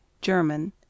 German